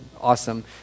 awesome